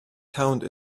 count